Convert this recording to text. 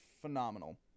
phenomenal